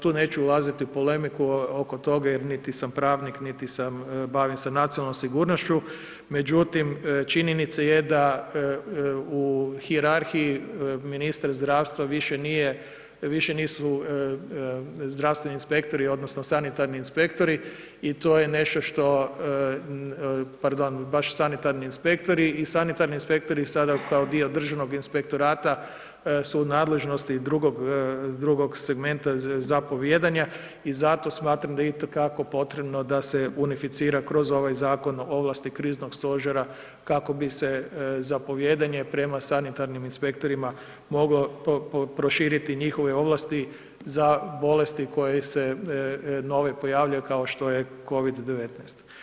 Tu neću ulaziti u polemiku oko toga jer niti sam pravnik niti sam, bavim se nacionalnom sigurnošću, međutim, činjenica je da u hijerarhiji ministar zdravstva više nije, više nisu zdravstveni inspektori odnosno sanitarni inspektori i to je nešto što, pardon, baš sanitarni inspektori, i sanitarni inspektori sada kao dio Državnog inspektorata su u nadležnosti drugog segmenta zapovijedanja i zato smatram da je itekako potrebno da se unificira kroz ovaj zakon ovlasti Kriznog stožera kako bi se zapovijedanje prema sanitarnim inspektorima moglo proširiti njihove ovlasti za bolesti koje se nove pojavljuju, kao što je COVID-19.